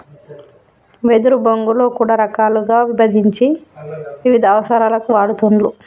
వెదురు బొంగులో కూడా రకాలుగా విభజించి వివిధ అవసరాలకు వాడుతూండ్లు